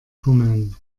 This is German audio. fummeln